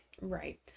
Right